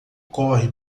corre